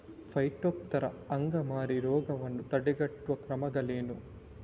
Phytophthora ಅಂಗಮಾರಿ ರೋಗವನ್ನು ತಡೆಗಟ್ಟುವ ಕ್ರಮಗಳೇನು?